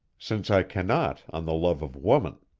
since i cannot on the love of woman.